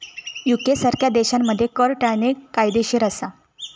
UK सारख्या देशांमध्ये कर टाळणे कायदेशीर असा